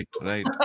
right